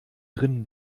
drinnen